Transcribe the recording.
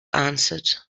answered